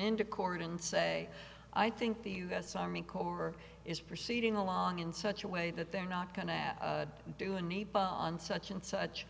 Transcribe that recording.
into court and say i think the u s army corps is proceeding along in such a way that they're not going to do any on such and such